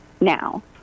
now